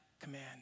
command